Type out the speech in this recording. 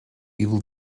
evil